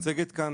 מוצגות כאן